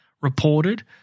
reported